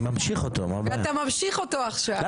אני ממשיך אותו, מה הבעיה?